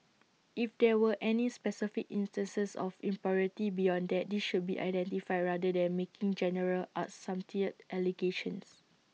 if there were any specific instances of impropriety beyond that these should be identified rather than making general allegations